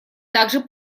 также